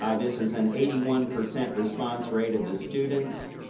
um this is an eighty one percent response rate of the students,